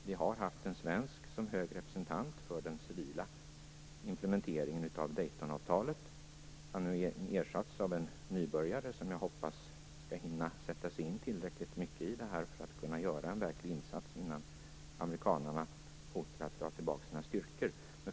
Vi har haft en svensk som hög representant för den civila implementeringen av Daytonavtalet. Han har nu ersatts av en nybörjare, som jag hoppas skall kunna hinna sätta sig in tillräckligt mycket i detta för att kunna göra en verklig insats innan amerikanerna hotar att dra tillbaka sina styrkor.